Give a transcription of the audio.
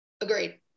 Agreed